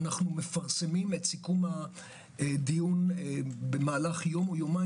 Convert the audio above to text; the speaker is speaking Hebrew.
אנו מפרסמים את סיכום הדיון במהלך יום או יומיים